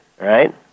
Right